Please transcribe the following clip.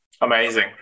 Amazing